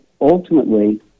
ultimately